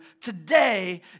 today